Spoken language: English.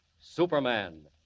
Superman